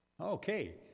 Okay